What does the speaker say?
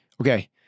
Okay